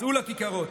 צאו לכיכרות.